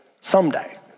someday